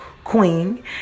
queen